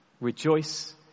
Rejoice